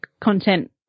content